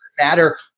matter